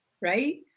right